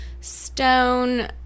stone